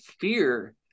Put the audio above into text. fear